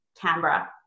Canberra